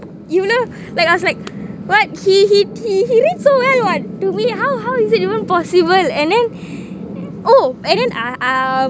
you know like I was like what he he he read so well [what] do we how how is it even possible and then oh and then I I